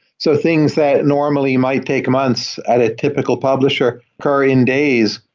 so things that normally might take months at a typical publisher currying days,